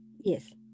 yes